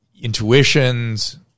intuitions –